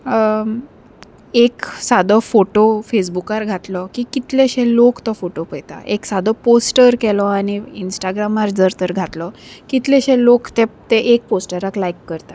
एक सादो फोटो फेसबुकार घातलो की कितलेशे लोक तो फोटो पयता एक सादो पोस्टर केलो आनी इंस्टाग्रामार जर तर घातलो कितलेशे लोक ते ते एक पोस्टराक लायक करता